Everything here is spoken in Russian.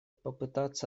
попытаться